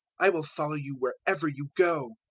i will follow you wherever you go.